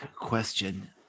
question